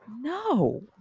No